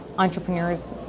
Entrepreneurs